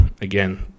again